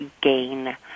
gain